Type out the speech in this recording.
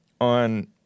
on